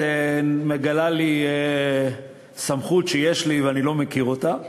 את מגלה לי סמכות שיש לי ואני לא מכיר אותה,